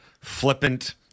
flippant